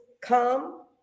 come